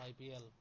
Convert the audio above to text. IPL